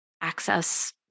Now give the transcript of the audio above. access